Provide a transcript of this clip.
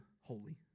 holy